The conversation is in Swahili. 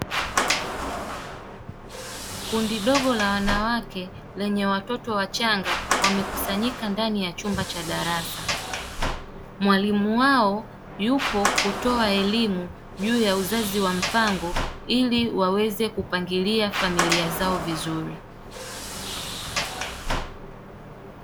Kundi dogo la wanawake lenye watoto wachanga wamekusanyika ndani ya chumba cha darasa, mwalimu wao yupo kutoa elimu juu ya uzazi wa mpango ili waweze kupangilia familia zao vizuri.